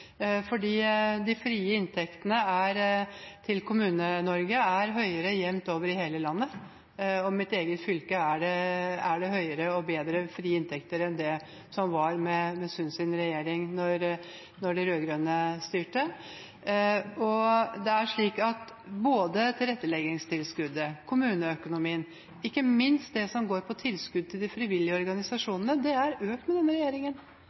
De frie inntektene til Kommune-Norge er jevnt over høyere i hele landet. I mitt eget fylke er det høyere og mer frie inntekter enn det var med Sunds regjering, da de rød-grønne styrte. Det er slik at både tilretteleggingstilskuddet, kommuneøkonomien og ikke minst det som går på tilskudd til de frivillige organisasjonene, er økt med denne regjeringen.